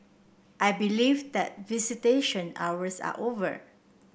I believe that visitation hours are over